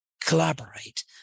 collaborate